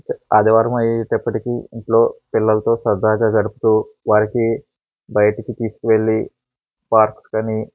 ఆదివారం అయ్యేటప్పటికి ఇంట్లో పిల్లలతో సరదాగా గడుపుతు వారికి బయటికి తీసుకు వెళ్ళి పార్క్స్కు అని